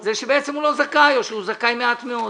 זה שבעצם הוא לא זכאי או שהוא זכאי למעט מאוד.